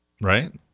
right